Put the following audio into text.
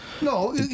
No